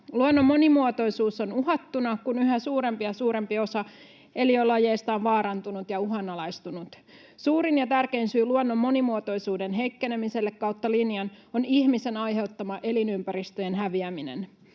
Luonnon monimuotoisuus on uhattuna, kun yhä suurempi ja suurempi osa eliölajeista on vaarantunut ja uhanalaistunut. Suurin ja tärkein syy luonnon monimuotoisuuden heikkenemiselle kautta linjan on ihmisen aiheuttama elinympäristöjen häviäminen.